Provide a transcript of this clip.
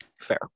Fair